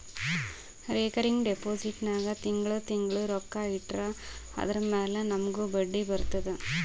recurring deposit ನಾಗ್ ತಿಂಗಳಾ ತಿಂಗಳಾ ರೊಕ್ಕಾ ಇಟ್ಟರ್ ಅದುರ ಮ್ಯಾಲ ನಮೂಗ್ ಬಡ್ಡಿ ಬರ್ತುದ